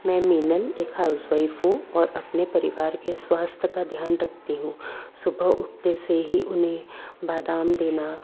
मैं मीनल एक housewife हूँ और अपने परिवार के स्वास्थ्य का ध्यान रखती हूँ सुबह उठते से ही उन्हें बादाम देना